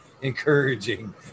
encouraging